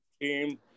team